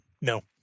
no